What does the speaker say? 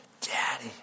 Daddy